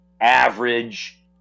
average